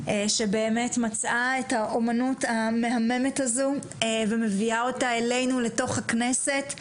שבאמת מצאה את האומנות המהממת הזו ומביאה אותה אלינו לתוך הכנסת,